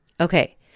Okay